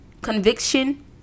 conviction